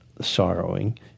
sorrowing